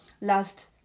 last